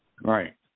Right